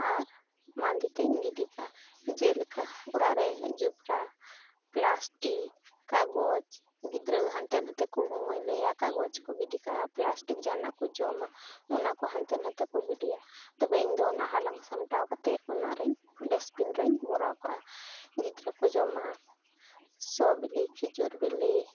ᱟᱨ ᱢᱟᱫᱮ ᱛᱤᱧ ᱜᱤᱰᱤ ᱠᱟᱜᱼᱟ ᱡᱮᱞᱮᱠᱟ ᱚᱲᱟᱜ ᱨᱮ ᱡᱚᱵᱽᱨᱟ ᱯᱟᱞᱥᱴᱤᱠ ᱠᱟᱜᱚᱡᱽ ᱜᱤᱫᱽᱨᱟᱹ ᱦᱟᱱᱛᱮ ᱱᱟᱛᱮ ᱠᱚ ᱢᱟᱹᱭᱞᱟᱹᱭᱟ ᱠᱟᱜᱚᱡᱽ ᱠᱚ ᱜᱤᱰᱤ ᱠᱟᱜᱼᱟ ᱯᱞᱟᱥᱴᱤᱠ ᱠᱚ ᱡᱟᱦᱟᱱᱟᱜ ᱠᱚ ᱡᱚᱢᱟ ᱚᱱᱟ ᱠᱚ ᱦᱟᱱᱛᱮ ᱱᱟᱛᱮ ᱠᱚ ᱜᱤᱰᱤᱭᱟ ᱛᱚᱵᱮ ᱤᱧᱫᱚ ᱚᱱᱟ ᱦᱟᱞᱟᱝ ᱥᱟᱢᱴᱟᱣ ᱠᱟᱛᱮ ᱚᱱᱟᱨᱤᱧ ᱰᱟᱥᱴᱵᱤᱱ ᱨᱤᱧ ᱵᱷᱚᱨᱟᱣ ᱠᱟᱜᱼᱟ ᱜᱤᱫᱽᱨᱟᱹ ᱠᱚ ᱡᱚᱢᱟ ᱥᱚ ᱵᱤᱞᱤ ᱠᱷᱮᱡᱩᱨ ᱵᱤᱞᱤ